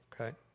Okay